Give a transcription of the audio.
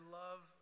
love